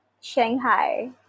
Shanghai